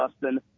Justin